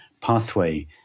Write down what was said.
pathway